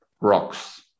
rocks